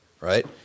right